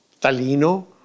talino